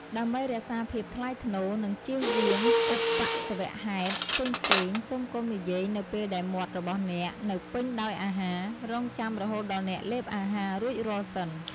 ដើម្បីរក្សាភាពថ្លៃថ្នូរ និងជៀសវាងឧបទ្ទវហេតុផ្សេងៗ សូមកុំនិយាយនៅពេលដែលមាត់របស់អ្នកនៅពេញដោយអាហារ រង់ចាំរហូតដល់អ្នកលេបអាហាររួចរាល់សិន។